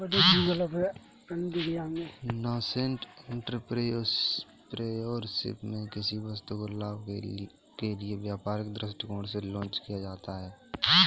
nascent entrepreneurship में किसी वस्तु को लाभ के लिए व्यापारिक दृष्टिकोण से लॉन्च किया जाता है